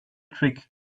trick